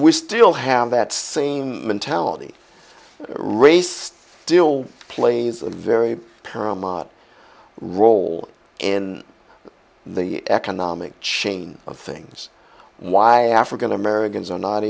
we still have that same mentality race still plays a very firm on role in the economic chain of things why african americans are not